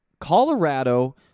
Colorado